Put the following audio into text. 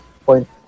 point